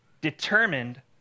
determined